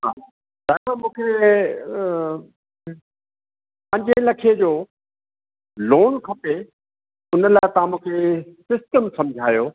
हा ॾाॾा मूंखे पंजे लखे जो लोन खपे उन लाहे तव्हां मूंखे सिस्टम सम्झायो